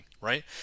right